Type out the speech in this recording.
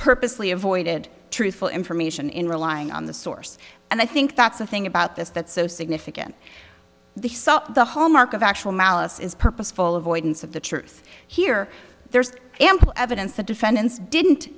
purposely avoided truthful information in relying on the source and i think that's the thing about this that's so significant the so the hallmark of actual malice is purposeful avoidance of the truth here there's ample evidence the defendants didn't